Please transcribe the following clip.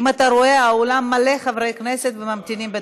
אם אתה רואה, האולם מלא חברי כנסת, וממתינים בתור.